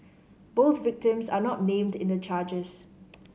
both victims are not named in the charges